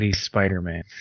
Spider-Man